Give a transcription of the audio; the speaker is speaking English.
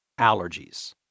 allergies